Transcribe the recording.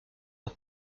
aux